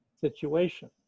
situation